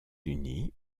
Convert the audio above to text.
unis